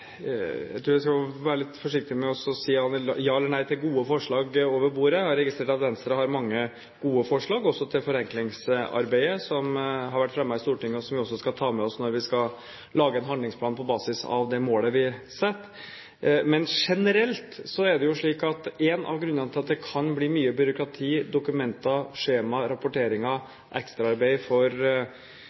Jeg tror jeg skal være litt forsiktig med å si ja eller nei til gode forslag over bordet. Jeg har registrert at Venstre har mange gode forslag, også til forenklingsarbeidet, som har vært fremmet i Stortinget, og som vi også skal ta med oss når vi skal lage en handlingsplan på basis av det målet vi setter. Men generelt er det jo slik at en av grunnene til at det kan bli mye byråkrati, dokumenter, skjemaer, rapporteringer og ekstraarbeid for